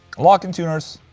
locking tuners.